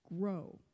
grow